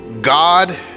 God